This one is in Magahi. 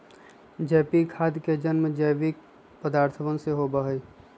जैविक खाद के जन्म जैविक पदार्थवन से होबा हई